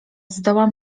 zdołam